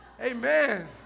Amen